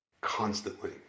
Constantly